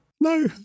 No